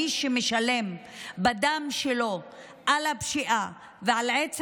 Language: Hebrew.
מי שמשלם בדם שלו על הפשיעה ועל עצם